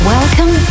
Welcome